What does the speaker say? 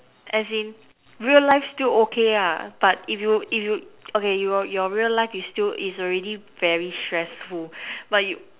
as in real life still okay ah but if you if you okay your your real life is still is already very stressful but you